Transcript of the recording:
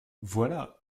voilà